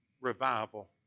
revival